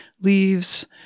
leaves